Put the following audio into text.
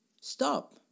stop